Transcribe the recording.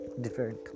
different